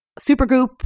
Supergroup